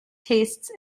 tastes